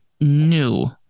new